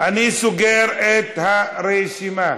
סוגר את הרשימה.